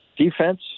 Defense